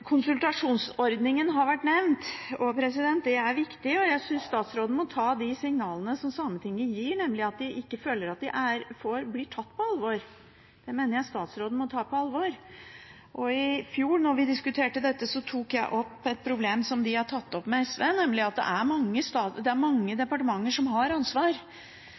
Konsultasjonsordningen har vært nevnt. Det er viktig, og jeg synes statsråden må ta på alvor de signalene som Sametinget gir, nemlig at de ikke føler at de blir tatt på alvor. Da vi diskuterte dette i fjor, tok jeg opp et problem som vi har tatt opp i SV, nemlig at det er mange departementer som har ansvar,